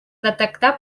detectar